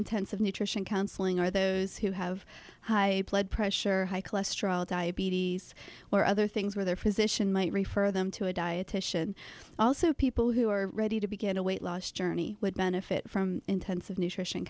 intensive nutrition counseling or those who have high blood pressure high cholesterol diabetes or other things where their physician might refer them to a dietitian also people who are ready to begin a weight loss journey would benefit from intensive nutrition